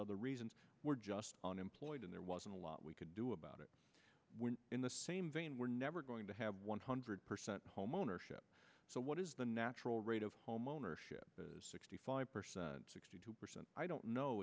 other reasons were just on employed and there wasn't a lot we could do a about it in the same vein we're never going to have one hundred percent homeownership so what is the natural rate of homeownership sixty five percent sixty two percent i don't know